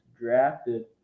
drafted